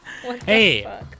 Hey